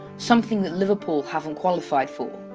something that liverpool hasn't qualified for.